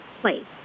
place